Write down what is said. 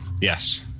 Yes